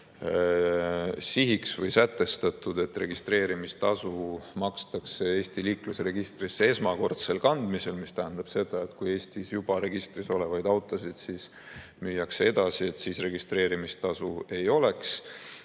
eelnõus on sätestatud, et registreerimistasu makstakse [sõiduki] Eesti liiklusregistrisse esmakordsel kandmisel, mis tähendab seda, et kui Eestis juba registris olevaid autosid edasi müüakse, siis registreerimistasu ei oleks.